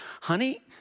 Honey